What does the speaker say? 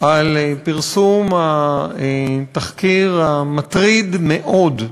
על פרסום התחקיר המטריד מאוד,